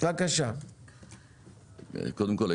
קודם כל,